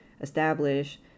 establish